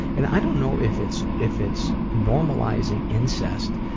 and i don't know if it's if it's normalizing incest.